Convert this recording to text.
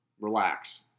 relax